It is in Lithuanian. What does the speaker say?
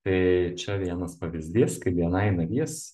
tai čia vienas pavyzdys kaip bni narys